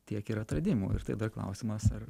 tiek ir atradimų ir tai dar klausimas ar